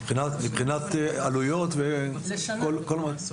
מבחינת עלויות וכל מה שצריך.